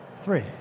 three